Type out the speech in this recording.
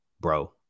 bro